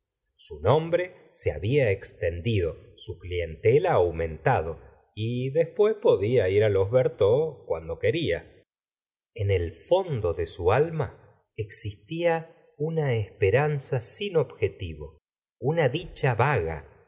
su nombre se había extendido su clientela aumentado y después podía ir los berteaux cuando quería en el fondo de su alma existía una esperanza sin objetivo una dicha vaga